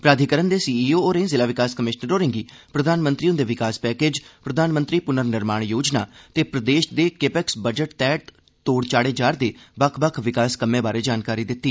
प्राधिकरण दे सीईओ होरे जिला विकास कभिशनर होरें'गी प्रधानमंत्री हुंदे विकास पैकेज प्रधानमंत्री हुंदी पुर्ननिर्माण योजना ते प्रदेश दे केपैक्स बजट तैहत तोढ़ चाढ़े गेदे बक्ख बक्ख विकास कम्में बारै जानकारी दित्ती